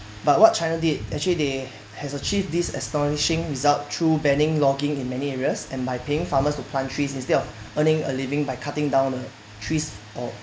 but what china did actually they has achieve this astonishing result through banning logging in many areas and by paying farmers to plant trees instead of earning a living by cutting down the trees for